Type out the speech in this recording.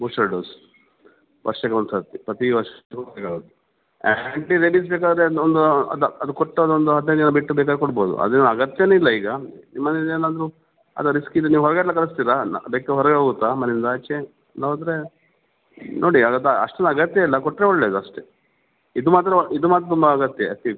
booster dose ವರ್ಷಕ್ಕೆ ಒಂದು ಸರ್ತಿ ಪ್ರತಿ ವರ್ಷ ಆ್ಯಂಟಿ ರೇಬಿಸ್ ಬೇಕಾದರೆ ಅದ್ನ ಒಂದು ಅದು ಅದು ಕೊಟ್ಟು ಅದೊಂದು ಹದಿನೈದು ದಿನ ಬಿಟ್ಟು ಬೇಕಾರೆ ಕೊಡ್ಬೌದು ಅದೇನು ಅಗತ್ಯವೇ ಇಲ್ಲ ಈಗ ನಿಮ್ಮ ಮನೇಲಿ ಏನಾದರೂ ಅದು ರಿಸ್ಕ್ ಇದ್ರೆ ನೀವು ಹೊರಗೆಲ್ಲ ಕಳಿಸ್ತೀರಾ ಬೆಕ್ಕು ಹೊರಗೆ ಹೋಗುತ್ತಾ ಮನೆಯಿಂದ ಆಚೆ ಇಲ್ಲ ಹೋದರೆ ನೋಡಿ ಅದ್ರದ್ದು ಅಷ್ಟೊಂದು ಅಗತ್ಯ ಇಲ್ಲ ಕೊಟ್ಟರೆ ಒಳ್ಳೆಯದು ಅಷ್ಟೇ ಇದು ಮಾತ್ರ ಇದು ಮಾತ್ರ ತುಂಬ ಅಗತ್ಯ ಎಫ್ ಪಿ ಪಿ